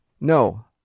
No